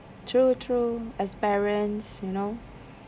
true true as parents you know